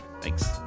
thanks